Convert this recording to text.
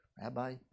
Rabbi